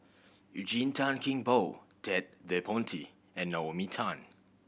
Eugene Tan Kheng Boon Ted De Ponti and Naomi Tan